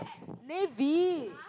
navy